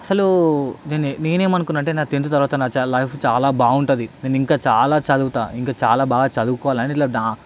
అసలు నేను నేనేమనుకున్నా అంటే నా టెంత్ తరువాత చాలా నా లైఫ్ చాలా బాగుంటుంది నేనింకా చాలా చదువుతా ఇంక చాలా బాగా చదువుకోవాలని ఇట్లా